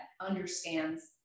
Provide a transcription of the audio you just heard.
understands